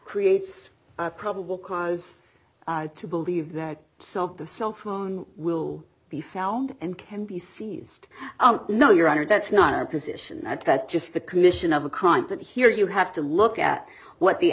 creates probable cause to believe that some of the cell phone will be found and can be seized no your honor that's not our position at that just the commission of a crime but here you have to look at what the